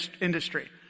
industry